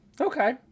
Okay